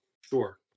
Sure